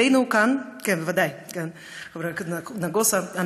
כן, בוודאי, חבר הכנסת נגוסה.